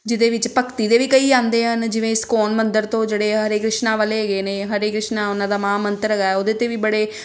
ਜਿਹਦੇ ਵਿੱਚ ਭਗਤੀ ਦੇ ਵੀ ਕਈ ਆਉਂਦੇ ਹਨ ਜਿਵੇਂ ਸਕੋਨ ਮੰਦਰ ਤੋਂ ਜਿਹੜੇ ਹਰੇ ਕ੍ਰਿਸ਼ਨਾ ਵਾਲੇ ਹੈਗੇ ਨੇ ਹਰੇ ਕ੍ਰਿਸ਼ਨਾ ਉਹਨਾਂ ਦਾ ਮਹਾਂ ਮੰਤਰ ਹੈਗਾ ਉਹਦੇ 'ਤੇ ਵੀ ਬੜੇ